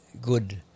good